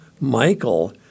Michael